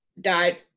died